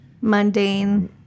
Mundane